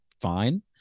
fine